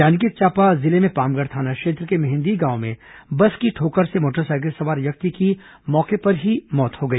जांजगीर चांपा जिले में पामगढ़ थाना क्षेत्र के मेहंदी गांव में बस की ठोकर से मोटरसाइकिल सवार व्यक्ति की मौके पर ही मौत हो गई